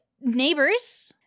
neighbors